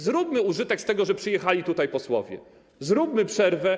Zróbmy użytek z tego, że przyjechali tutaj posłowie, ogłośmy przerwę.